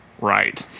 right